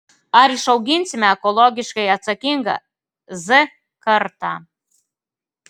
ar išauginsime ekologiškai atsakingą z kartą